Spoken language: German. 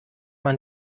man